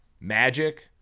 Magic